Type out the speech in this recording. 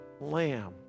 Lamb